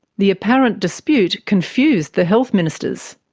the apparent dispute confused the health ministers.